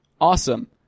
Awesome